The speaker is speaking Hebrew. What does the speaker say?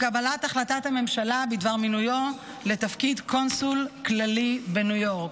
עם קבלת החלטת הממשלה בדבר מינויו לתפקיד קונסול כללי בניו יורק.